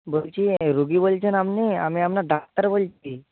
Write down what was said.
বলছি রুগী বলছেন আপনি আমি আপনার ডাক্তার বলছি